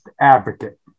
advocate